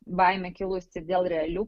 baimė kilusi dėl realių